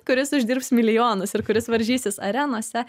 kuris uždirbs milijonus ir kuris varžysis arenose